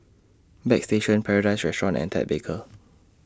Bagstationz Paradise Restaurant and Ted Baker